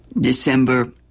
December